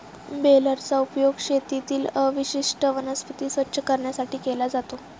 बेलरचा उपयोग शेतातील अवशिष्ट वनस्पती स्वच्छ करण्यासाठी केला जातो